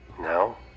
Now